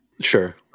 Sure